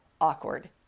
awkward